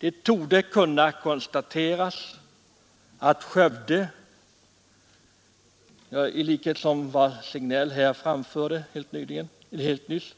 Det torde kunna konstateras — i likhet med vad herr Signell nyss anförde